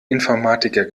informatiker